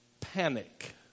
panic